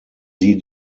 sie